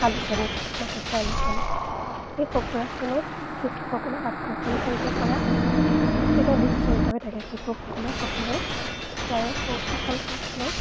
আলোচনী মাহেকীয়া আলোচনী সেই সঁফুৰাখনত শিশুসকলক আকৰ্ষণ কৰিবপৰা বহুকেইটা দিশ জড়িত হৈ থাকে শিশুসকলক সকলৰ দ্বাৰা কৌতুহল প্ৰশ্ন